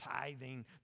tithing